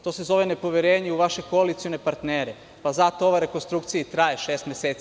To se zove nepoverenje u vaše koalicione partnere, pa zato ova rekonstrukcija i traje šest meseci.